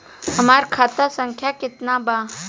हमार खाता संख्या केतना बा?